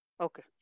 okay